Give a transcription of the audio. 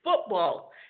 football